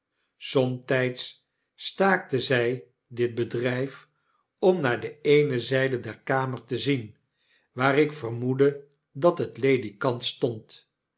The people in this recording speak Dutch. somtyds staakte zij dit bedryf om naar de eene zyde der kamer te zien waar ikvermoedde dat het ledikant stond